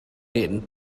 hyn